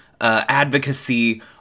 advocacy